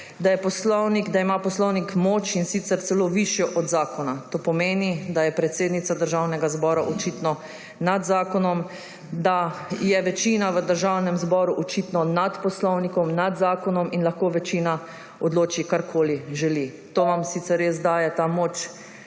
da ima poslovnik moč, in sicer celo višjo od zakona. To pomeni, da je predsednica Državnega zbora očitno nad zakonom, da je večina v Državnem zboru očitno nad poslovnikom, nad zakonom in lahko večina odloči, karkoli želi. To vam sicer res daje moč